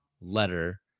letter